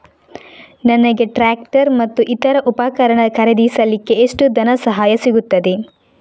ನನಗೆ ಟ್ರ್ಯಾಕ್ಟರ್ ಮತ್ತು ಇತರ ಉಪಕರಣ ಖರೀದಿಸಲಿಕ್ಕೆ ಎಷ್ಟು ಧನಸಹಾಯ ಸಿಗುತ್ತದೆ?